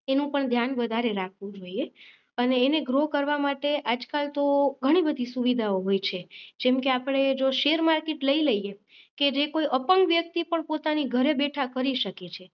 એનું પણ ધ્યાન વધારે રાખવું જોઈએ અને એને ગ્રો કરવા માટે આજકાલ તો ઘણી બધી સુવિધાઓ હોય છે જેમકે આપણે જો શેર માર્કેટ લઈ લઈએ કે જે કોઈ અપંગ વ્યક્તિ પણ પોતાની ઘરે બેઠાં કરી શકે છે